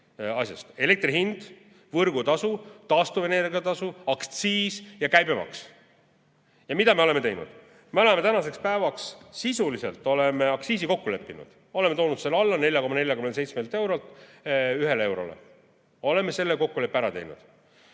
asjast: elektri hind, võrgutasu, taastuvenergia tasu, aktsiis ja käibemaks. Mida me oleme teinud? Me oleme tänaseks päevaks sisuliselt aktsiisi kokku leppinud, oleme toonud selle alla, 4,47 eurolt ühele eurole. Oleme selle kokkuleppe ära teinud.